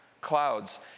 clouds